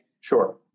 Sure